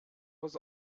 was